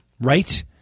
right